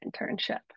internship